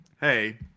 hey